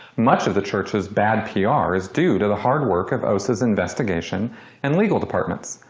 much of the church's bad pr is due to the hard work of osa's investigation and legal departments.